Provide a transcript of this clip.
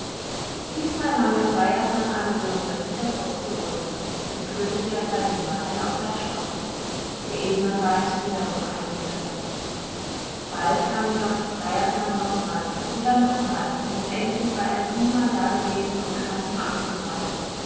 diesmal nahm der freiersmann adelgunde mit der brust so runde und führte sie als seine gemahlin auf sein schloß der edelmann weinte wiederum einige tränen bald kam jedoch der freiersmann nochmals und dann nochmals und endlich war er siebenmal dagewesen und kam zum achten male